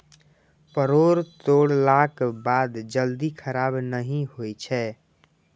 परोर तोड़लाक बाद जल्दी खराब नहि होइ छै